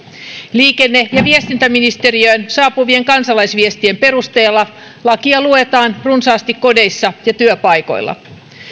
liikenne ja viestintäministeriöön saapuvien kansalaisviestien perusteella lakia luetaan runsaasti kodeissa ja työpaikoilla